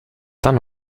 dann